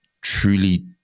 truly